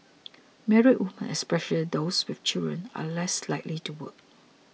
married women especially those with children are less likely to work